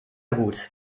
gut